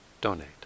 donate